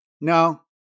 No